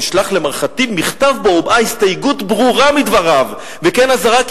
נשלח למר ח'טיב מכתב שבו הובעה הסתייגות ברורה מדבריו וכן אזהרה כי